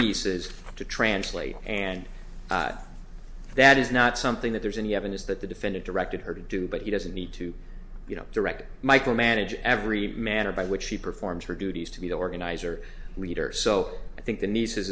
nieces to translate and that is not something that there's any evidence that the defendant directed her to do but he doesn't need to you know direct micromanage every manner by which she performs her duties to be the organizer leader so i think the niece